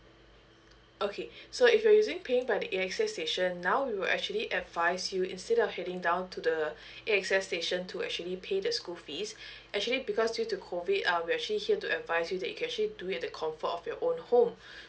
okay so if you're using paying by the A_X_S station now we will actually advice you instead of heading down to the A_X_S station to actually pay the school fees actually because due to COVID uh we actually here to advice you that you can actually do it at the comfort of your own home